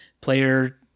player